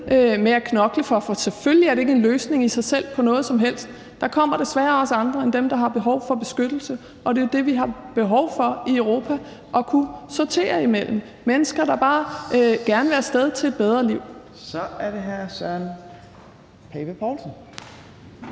med at knokle for, for selvfølgelig er det ikke en løsning i sig selv på noget som helst. Der kommer desværre også andre end dem, der har behov for beskyttelse, og det er jo der, hvor vi i Europa har behov for at kunne sortere. Der er mennesker, der bare gerne vil af sted til et bedre liv. Kl. 14:10 Tredje næstformand